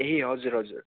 ए हजुर हजुर